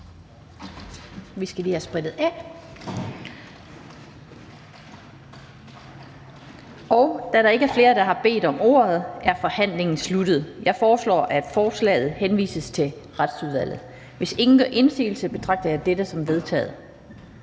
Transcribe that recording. til ordføreren. Da der ikke er flere, som har bedt om ordet, er forhandlingen sluttet. Jeg foreslår, at forslaget henvises til Erhvervsudvalget. Hvis ingen gør indsigelse, betragter jeg det som vedtaget.